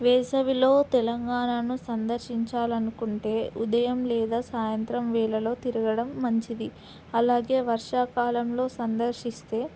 వేసవిలో తెలంగాణను సందర్శించాలనుకుంటే ఉదయం లేదా సాయంత్రం వేళలో తిరగడం మంచిది అలాగే వర్షాకాలంలో సందర్శిస్తే